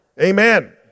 amen